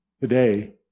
today